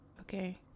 Okay